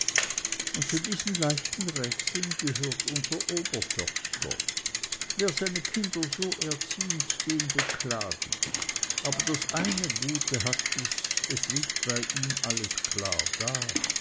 und zu diesen leichten rätseln gehört unser oberförster wer seine kinder so erzieht den beklag ich aber das eine gute hat es es liegt bei ihm alles klar da